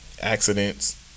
Accidents